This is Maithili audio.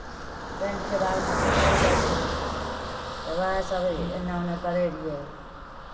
पेंटके बारेमे सिखायल जाइ छै तऽ उएह सभ एन्नऽ ओन्नऽ करैत रहियै